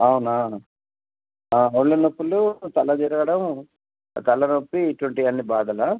అవునా ఒళ్ళు నొప్పులు తల తిరగడం కళ్ళనొప్పి ఇటువంటివి అన్నీ బాధలు